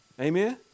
Amen